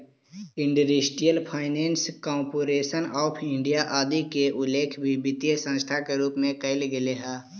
industrial Finance Corporation of India आदि के उल्लेख भी वित्तीय संस्था के रूप में कैल गेले हइ